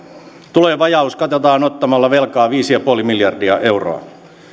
tulojen vajaus katetaan ottamalla velkaa viisi pilkku viisi miljardia euroa